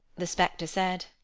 the spectre said,